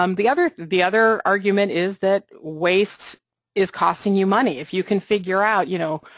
um the other the other argument is that waste is costing you money, if you can figure out, you know,